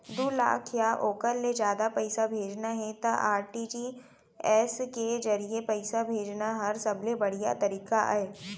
दू लाख या ओकर ले जादा पइसा भेजना हे त आर.टी.जी.एस के जरिए पइसा भेजना हर सबले बड़िहा तरीका अय